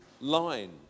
line